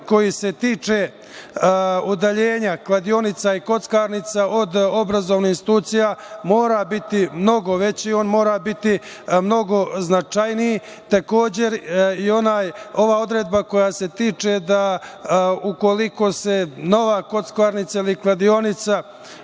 koji se tiče udaljenja kladionica i kockarnica od obrazovnih institucija mora biti mnogo veći, on mora biti mnogo značajniji. Takođe, i ova odredba koja se tiče da ukoliko se nova kockarnica ili kladionica